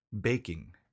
baking